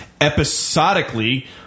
Episodically